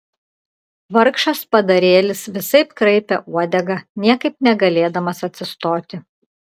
vargšas padarėlis visaip kraipė uodegą niekaip negalėdamas atsistoti